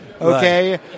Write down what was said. Okay